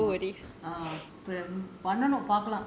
I see I see uh